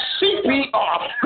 CPR